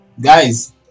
guys